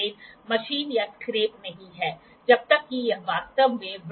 तो आइए इसे एक प्रश्न के रूप में लेते हैं